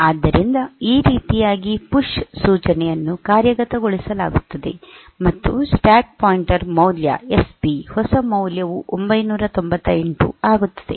ಆದ್ದರಿಂದ ಈ ರೀತಿಯಾಗಿ ಪುಶ್ ಸೂಚನೆಯನ್ನು ಕಾರ್ಯಗತಗೊಳಿಸಲಾಗುತ್ತದೆ ಮತ್ತು ಸ್ಟ್ಯಾಕ್ ಪಾಯಿಂಟರ್ ಮೌಲ್ಯ ಎಸ್ ಪಿ ಹೊಸ ಮೌಲ್ಯವು 998 ಆಗುತ್ತದೆ